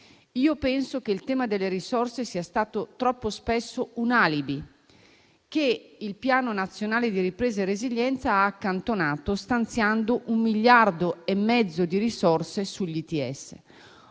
Io penso che il tema delle risorse sia stato troppo spesso un alibi, che il Piano nazionale di ripresa e resilienza ha accantonato, stanziando un miliardo e mezzo di risorse sugli ITS.